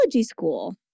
school